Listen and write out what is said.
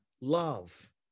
love